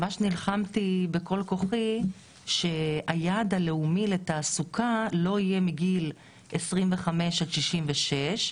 ממש נלחמתי בכל כוחי שהיעד הלאומי לתעסוקה לא יהיה מגיל 25 עד 66,